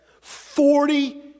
Forty